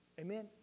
Amen